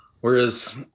Whereas